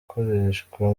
ikoreshwa